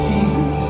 Jesus